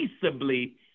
peaceably